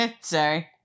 Sorry